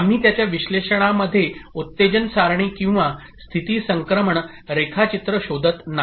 आम्ही त्याच्या विश्लेषणामध्ये उत्तेजन सारणी किंवा स्थिती संक्रमण रेखाचित्र शोधत नाही